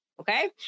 okay